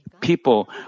people